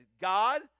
God